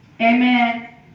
Amen